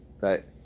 right